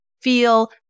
feel